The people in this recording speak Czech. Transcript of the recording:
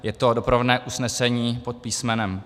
Je to doprovodné usnesení pod písm.